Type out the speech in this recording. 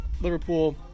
Liverpool